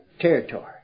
territory